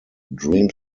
dream